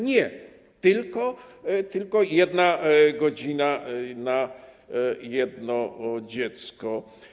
Nie, tylko jedna godzina na jedno dziecko.